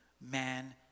man